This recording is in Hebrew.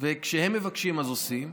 וכשהם מבקשים אז עושים,